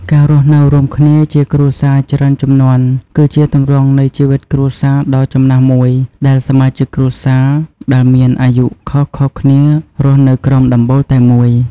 ការរស់នៅរួមគ្នាជាគ្រួសារច្រើនជំនាន់ គឺជាទម្រង់នៃជីវិតគ្រួសារដ៏ចំណាស់មួយ ដែលសមាជិកគ្រួសារដែលមានអាយុខុសៗគ្នារស់នៅក្រោមដំបូលតែមួយ។